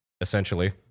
essentially